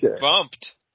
Bumped